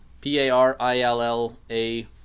P-A-R-I-L-L-A